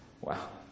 wow